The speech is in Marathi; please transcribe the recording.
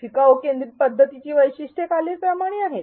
शिकाऊ केंद्रीत पध्दतीची वैशिष्ट्ये खालीलप्रमाणे आहेत